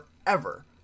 forever